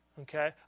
Okay